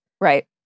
Right